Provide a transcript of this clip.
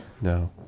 No